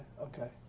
okay